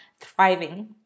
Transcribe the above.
thriving